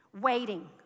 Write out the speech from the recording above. Waiting